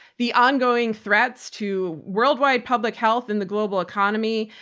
the ongoing threats to worldwide public health in the global economy.